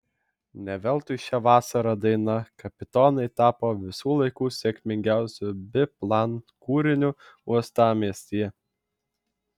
ne veltui šią vasarą daina kapitonai tapo visų laikų sėkmingiausiu biplan kūriniu uostamiestyje